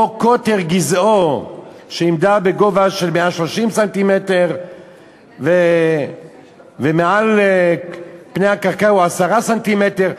או שקוטר גזעו שנמדד בגובה 130 סנטימטר מעל פני הקרקע הוא 10 סנטימטר,